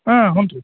ಹಾಂ ಹ್ಞೂ ರೀ